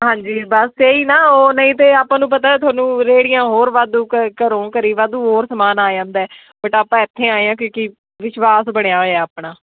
ਹਾਂਜੀ ਬਸ ਇਹੀ ਨਾ ਉਹ ਨਹੀਂ ਤਾਂ ਆਪਾਂ ਨੂੰ ਪਤਾ ਤੁਹਾਨੂੰ ਰੇਹੜੀਆਂ ਹੋਰ ਵਾਧੂ ਘ ਘਰੋਂ ਘਰ ਵਾਧੂ ਹੋਰ ਸਮਾਨ ਆ ਜਾਂਦਾ ਬਟ ਆਪਾਂ ਇੱਥੇ ਆਏ ਹਾਂ ਕਿਉਂਕਿ ਵਿਸ਼ਵਾਸ ਬਣਿਆ ਹੋਇਆ ਆਪਣਾ